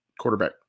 quarterback